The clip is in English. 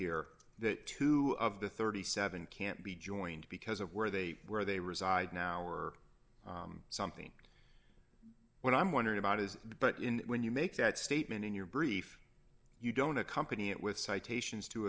here that two of the thirty seven dollars can't be joined because of where they where they reside now or something what i'm wondering about is but in when you make that statement in your brief you don't accompany it with citations